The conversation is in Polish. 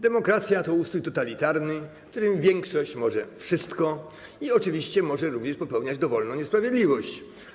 Demokracja to ustrój totalitarny, w który większość może wszystko i oczywiście może również popełniać dowolną niesprawiedliwość.